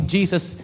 Jesus